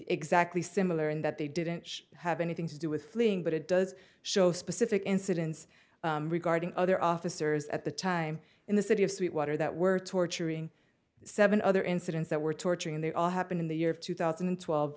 exactly similar in that they didn't have anything to do with fleeing but it does show specific incidents regarding other officers at the time in the city of sweetwater that were torturing seven other incidents that were torturing they all happened in the year two thousand and twelve